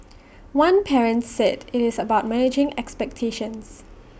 one parent said IT is about managing expectations